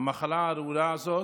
המחלה הארורה הזו